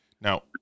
now